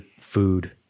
food